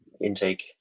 intake